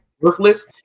worthless